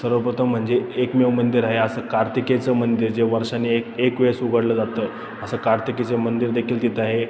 सर्वप्रथम म्हणजे एकमेव मंदिर आहे असं कार्तिकेयचं मंदिर जे वर्षाने ए एक वेळेस उघडलं जातं असं कार्तिकेयचं मंदिर देखील तिथं आहे